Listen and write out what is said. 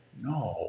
No